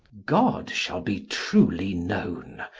god shall be truely knowne,